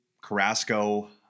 carrasco